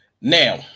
Now